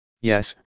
Yes